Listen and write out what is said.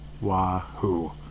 wahoo